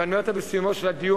ואני אומר אותה בסיומו של הדיון,